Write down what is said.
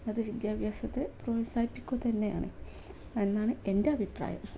അത് വിദ്യാഭ്യാസത്തെ പ്രോത്സാഹിപ്പിക്കുക തന്നെയാണ് എന്നാണ് എൻ്റെ അഭിപ്രായം